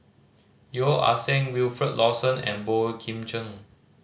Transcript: Yeo Ah Seng Wilfed Lawson and Boey Kim Cheng